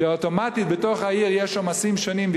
כי אוטומטית בתוך העיר יש עומסים שונים,